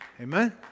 Amen